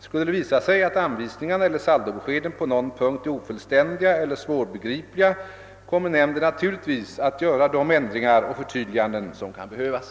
Skulle det visa sig att anvisningarna eller saldobeskeden på någon punkt är ofullständiga eller svårbegripliga kommer nämnden naturligtvis att göra de ändringar och förtydliganden som kan behövas.